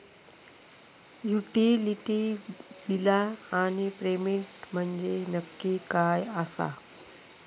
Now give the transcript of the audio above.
Utility बिला आणि payment म्हंजे नक्की काय आसा?